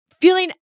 feeling